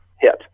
hit